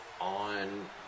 on